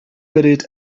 buried